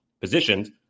positioned